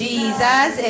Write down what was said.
Jesus